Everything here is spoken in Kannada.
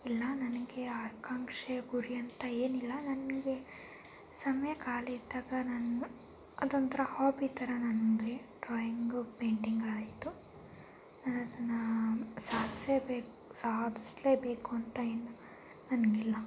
ಇಲ್ಲ ನನಗೆ ಆಕಾಂಕ್ಷೆ ಗುರಿ ಅಂತ ಏನಿಲ್ಲ ನನಗೆ ಸಮಯ ಖಾಲಿ ಇದ್ದಾಗ ನಾನು ಅದೊಂಥರ ಹಾಬಿ ಥರ ನನ್ರೆ ಡ್ರಾಯಿಂಗು ಪೈಂಟಿಂಗ್ ಆಯಿತು ನಾನು ಅದನ್ನು ಸಾಧ್ಸೆಬೇಕ್ ಸಾಧಿಸ್ಲೇಬೇಕು ಅಂತ ಏನು ನನಗಿಲ್ಲ